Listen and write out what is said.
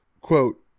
Quote